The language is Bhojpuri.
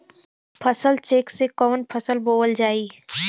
फसल चेकं से कवन फसल बोवल जाई?